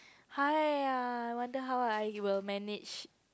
!hiya! I wonder how are you will manage